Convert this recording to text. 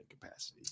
capacity